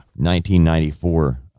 1994